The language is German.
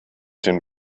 dem